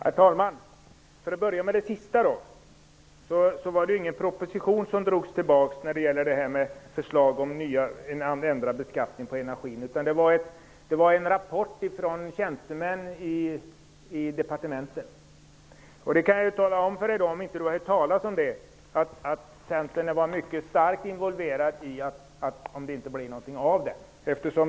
Herr talman! För att börja med det sista vill jag säga att det inte var någon proposition med förslag om ändrad beskattning på energi som drogs tillbaka utan en rapport från tjänstemän i departementet. Jag kan för den händelse att Inga-Britt Johansson inte har hört talas om det nämna att Centern var mycket starkt engagerad i ansträngningarna att det inte skulle bli någonting av detta.